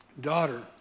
Daughter